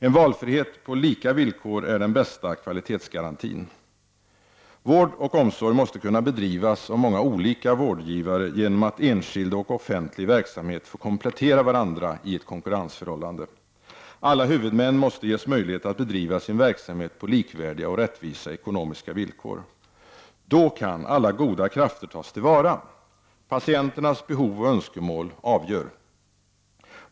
En valfrihet på lika villkor är den bästa kvalitetsgarantin. Vård och omsorg måste kunna bedrivas av många olika vårdgivare genom att enskild och offentlig verksamhet får komplettera varandra i ett konkurrensförhållande. Alla huvudmän måste ges möjlighet att bedriva sin verksamhet på likvärdiga och rättvisa ekonomiska villkor. Då kan alla goda krafter tas till vara. Patienternas behov och önskemål avgör.